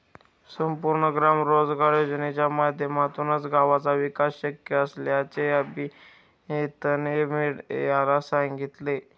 संपूर्ण ग्राम रोजगार योजनेच्या माध्यमातूनच गावाचा विकास शक्य असल्याचे अमीतने मीडियाला सांगितले